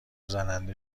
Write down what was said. زننده